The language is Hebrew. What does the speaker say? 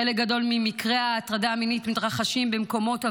חלק גדול ממקרי ההטרדה המינית מתרחשים במקומות עבודה,